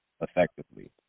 effectively